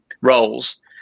roles